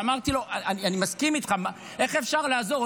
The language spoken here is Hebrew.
ואמרתי לו: אני מסכים איתך, איך אפשר לעזור?